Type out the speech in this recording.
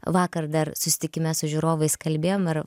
vakar dar susitikime su žiūrovais kalbėjom ir